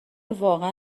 واقعا